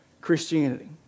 Christianity